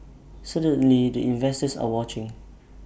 certainly the investors are watching